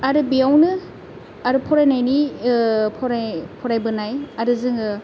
आरो बेयावनो आरो फरायनायनि फराय फरायबोनाय आरो जोङो